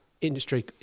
industry